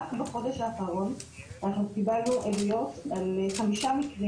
רק בחודש האחרון אנחנו קיבלנו עדויות על חמישה מקרים